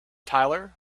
tyler